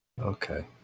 Okay